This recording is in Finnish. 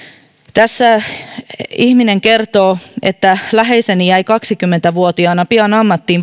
tässä ihminen kertoo läheiseni jäi kaksikymmentä vuotiaana pian ammattiin